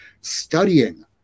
studying